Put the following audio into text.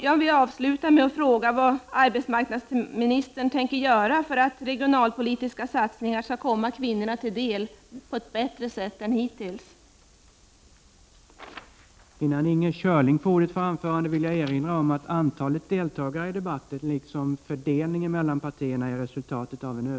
Jag vill avsluta med att fråga vad arbetsmarknadsministern tänker göra för att regionalpolitiska satsningar på ett bättre sätt än som hittills varit fallet skall komma kvinnorna till del.